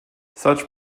such